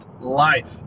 Life